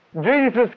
Jesus